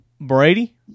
Brady